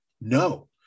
no